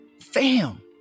Fam